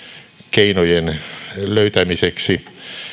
keinojen löytämiseksi